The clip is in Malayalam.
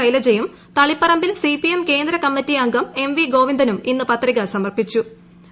ശൈലജയും തളിപ്പറമ്പിൽ സിപിഎം കേന്ദ്ര കമ്മിറ്റി അംഗം എംവി ഗോവിന്ദനും ഇന്ന്പത്രിക സമർപ്പിച്ചു